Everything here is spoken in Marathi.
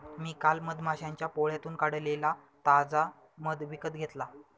मी काल मधमाश्यांच्या पोळ्यातून काढलेला ताजा मध विकत घेतला